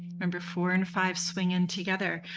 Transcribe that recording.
remember four and five swing in together.